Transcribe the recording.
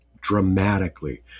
dramatically